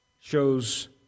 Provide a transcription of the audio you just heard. shows